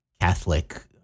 Catholic